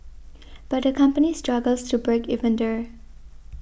but the company struggles to break even there